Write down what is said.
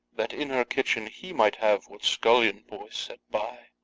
that in her kitchen he might have what scullion boys set by.